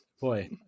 boy